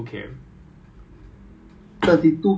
armour piercing fin stabilising